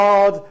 God